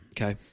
Okay